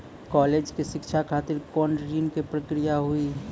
College के शिक्षा खातिर कौन ऋण के प्रक्रिया हुई?